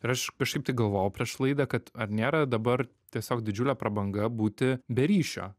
ir aš kažkaip tai galvojau prieš laidą kad ar nėra dabar tiesiog didžiulė prabanga būti be ryšio